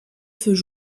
feux